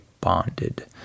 bonded